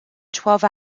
twelve